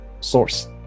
source